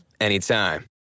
anytime